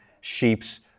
sheep's